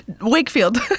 Wakefield